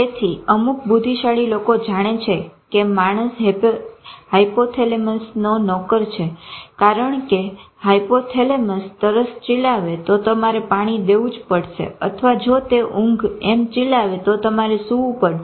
તેથી અમુક બુદ્ધિશાળી લોકો જાણે છે કે માણસ હાયપોથેલેમસનો નોકર છે કારણ કે જો હાયપોથેલેમસ તરસ ચીલાવે તો તમારે પાણી દેવું જ પડશે અથવા જો તે ઊંઘ એમ ચીલાવે તો તમારે સુવું પડે છે